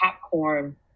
popcorn